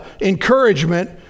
encouragement